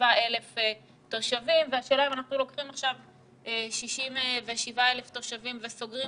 67,000 תושבים והשאלה אם אנחנו לוקחים עכשיו 67,000 תושבים וסוגרים